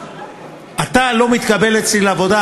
אתה לא מתקבל אצלי לעבודה.